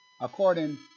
according